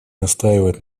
настаивать